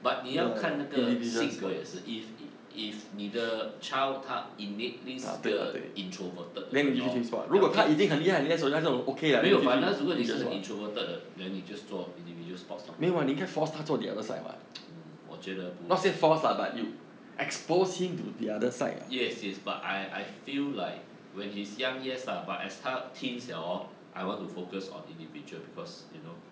but 你要看那个性格也是 if if 你的 child 他 innately 是个 introverted 的人 lor then okay 没有反正他只问你是很 introverted 的 then 你 just 做 individual sports lor mm 我觉得不要 yes yes but I I feel like when he's young yes lah but as 他 teens liao orh I want to focus on individual because you know